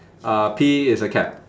uh P is a cap